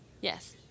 Yes